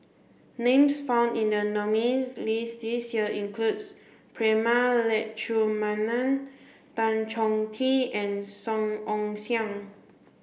names found in the nominees' list this year includes Prema Letchumanan Tan Choh Tee and Song Ong Siang